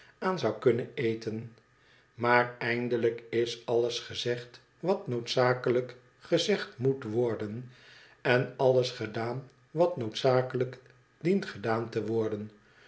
aan zou kunnnen eten maar eindelijk is alles gezegd wat noodzakelijk gezegd moet worden en alles gedaan wat noodzakelijk dient gedaan te worden